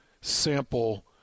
sample